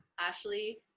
Ashley